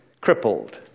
crippled